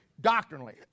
doctrinally